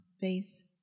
face